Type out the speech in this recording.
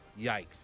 Yikes